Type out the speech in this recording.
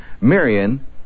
Marion